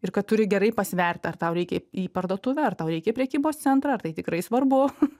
ir kad turi gerai pasvert ar tau reikia į parduotuvę ar tau reikia į prekybos centrą ar tai tikrai svarbu